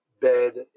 bed